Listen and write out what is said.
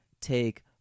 take